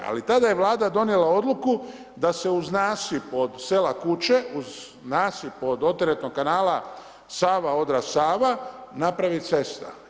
Ali tada je Vlada donijela odluku, da se uz nasip od sela Kuče uz nasip od oteretnog kanala Sava-Odra-Sava napravi cesta.